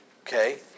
Okay